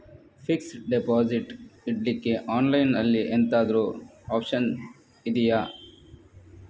Fixed deposit ಇಡ್ಲಿಕ್ಕೆ online ಅಲ್ಲಿ ಎಂತಾದ್ರೂ ಒಪ್ಶನ್ ಇದ್ಯಾ?